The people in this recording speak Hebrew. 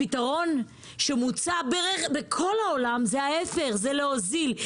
הפתרון שמוצע בכל העולם זה להוזיל.